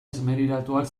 esmerilatuak